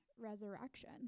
resurrection